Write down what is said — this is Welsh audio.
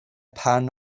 pan